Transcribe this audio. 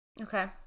Okay